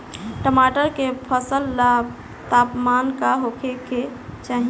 टमाटर के फसल ला तापमान का होखे के चाही?